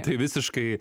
tai visiškai